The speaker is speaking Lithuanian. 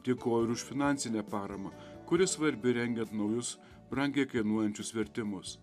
dėkoju ir už finansinę paramą kuri svarbi rengiant naujus brangiai kainuojančius vertimus